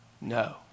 no